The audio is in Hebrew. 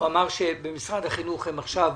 אנחנו נאבקים פה כבר הרבה זמן גם על החינוך המיוחד במוכש"ר,